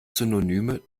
synonyme